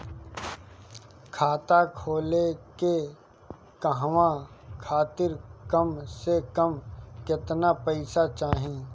खाता खोले के कहवा खातिर कम से कम केतना पइसा चाहीं?